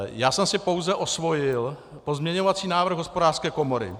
Já jsem si pouze osvojil pozměňovací návrh Hospodářské komory.